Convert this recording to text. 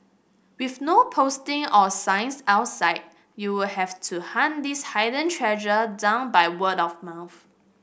with no posting or signs outside you will have to hunt this hidden treasure down by word of mouth